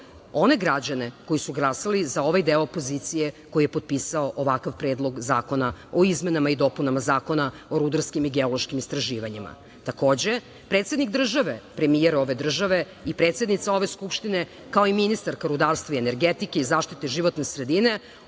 one građane koji su glasali za ovaj deo opozicije koji je potpisao ovakav Predlog zakona o izmenama i dopunama Zakona o rudarskim i geološkim istraživanjima. Takođe, predsednik države, premijer države i predsednica Skupštine, kao i ministarka rudarstva i energetike i zaštite životne sredine